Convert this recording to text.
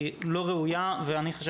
הם לא יהיו בין מצרים, ישראל והשוק האירופי.